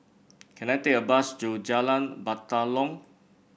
can I take a bus to Jalan Batalong